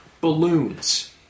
Balloons